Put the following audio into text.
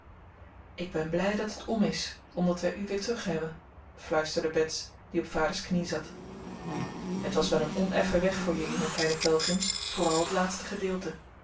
ik ben blij dat het om is omdat wij u weer terug hebben fluisterde bets die op vaders knie zat het was wel een oneffen weg voor jullie mijn kleine pelgrims vooral het laatste gedeelte